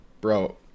Bro